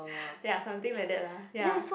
ya something like that lah ya